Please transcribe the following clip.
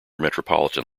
metropolitan